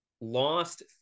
lost